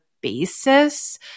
basis